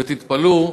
ותתפלאו,